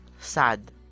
sad